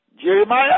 Jeremiah